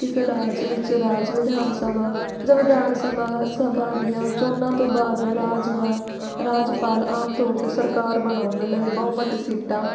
ਕਿਸੇ ਰਾਜ ਵਿੱਚ ਰਾਜ ਵਿਧਾਨ ਸਭਾ ਜਾਂ ਵਿਧਾਨ ਸਭਾ ਸਭਾ ਦੀਆਂ ਚੋਣਾਂ ਤੋਂ ਬਾਅਦ ਰਾਜ ਦਾ ਰਾਜਪਾਲ ਆਮ ਤੌਰ 'ਤੇ ਸਰਕਾਰ ਬਣਾਉਣ ਲਈ ਬਹੁਮਤ ਸੀਟਾਂ